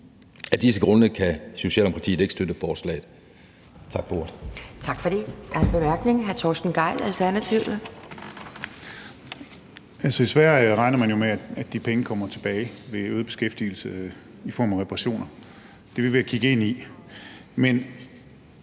Af disse grunde kan Socialdemokratiet ikke støtte forslaget.